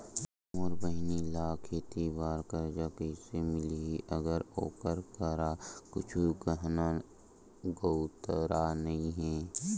मोर बहिनी ला खेती बार कर्जा कइसे मिलहि, अगर ओकर करा कुछु गहना गउतरा नइ हे?